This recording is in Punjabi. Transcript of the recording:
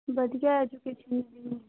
ਵਧੀਆ ਐਜੂਕੇਸ਼ਨ ਮਿਲਦੀ ਹੁੰਦੀ ਆ